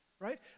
right